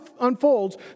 unfolds